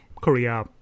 korea